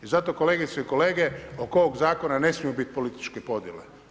I zato kolegice i kolege, oko ovog Zakona ne smije biti političke podjele.